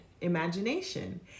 imagination